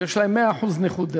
דרך אגב, יש להם 100% נכות,